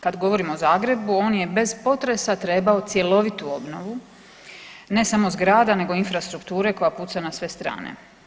Kada govorimo o Zagrebu on je bez potresa trebao cjelovitu obnovu ne samo zgrada, nego infrastrukture koja puca na sve strane.